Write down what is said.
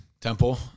temple